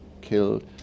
killed